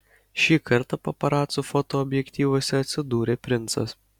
šį kartą paparacų fotoobjektyvuose atsidūrė princas